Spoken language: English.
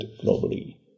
globally